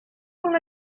con